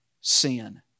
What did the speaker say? sin